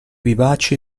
vivaci